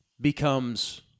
becomes